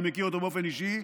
אני מכיר אותו באופן אישי,